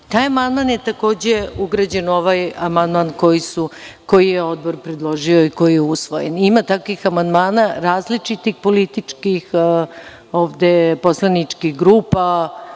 Taj amandman je takođe ugrađen u ovaj amandman koji je Odbor predložio i koji je usvojen. Ima takvih amandmana, različitih, političkih, ovde poslaničkih grupa,